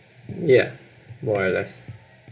ya more or less